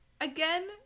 again